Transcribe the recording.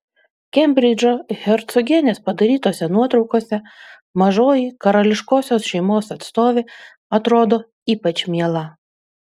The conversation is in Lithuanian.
kembridžo hercogienės padarytose nuotraukose mažoji karališkosios šeimos atstovė atrodo ypač miela